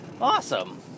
awesome